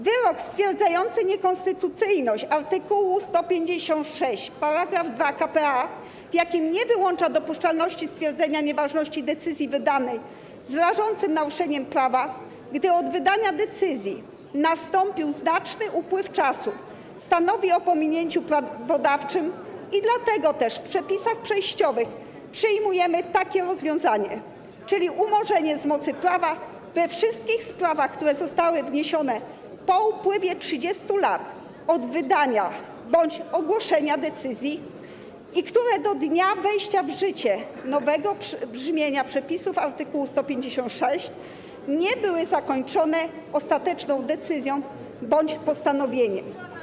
Wyrok stwierdzający niekonstytucyjność art. 156 § 2 k.p.a. w zakresie, w jakim nie wyłącza dopuszczalności stwierdzenia nieważności decyzji wydanej z rażącym naruszeniem prawa, gdy od wydania decyzji nastąpił znaczny upływ czasu, stanowi o pominięciu prawodawczym i dlatego też w przepisach przejściowych przyjmujemy takie rozwiązanie, czyli umorzenie z mocy prawa we wszystkich sprawach, które zostały wniesione po upływie 30 lat od wydania bądź ogłoszenia decyzji i które do dnia wejścia w życie nowego brzmienia przepisów art. 156 nie były zakończone ostateczną decyzją bądź postanowieniem.